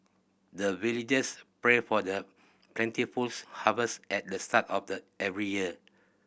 the villagers pray for the plentiful harvest at the start of the every year